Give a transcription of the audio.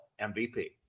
MVP